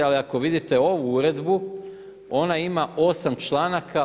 Ali ako vidite ovu uredbu, ona ima 8 članaka.